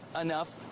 enough